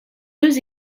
deux